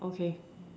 okay